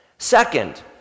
Second